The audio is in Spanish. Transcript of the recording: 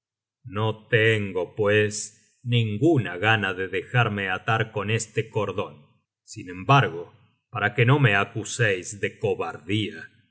no tengo pues ninguna gana de dejarme atar con este cordon sin embargo para que no me acuseis de cobardía